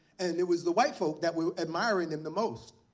and it was the white folk that were admiring them the most.